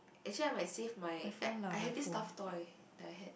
actually I might save my uh I have this stuffed toy that I had